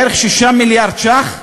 בערך 6 מיליארד ש"ח,